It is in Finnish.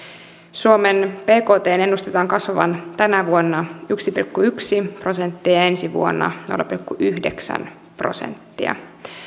suomen bktn ennustetaan kasvavan tänä vuonna yksi pilkku yksi prosenttia ja ensi vuonna nolla pilkku yhdeksän prosenttia